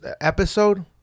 episode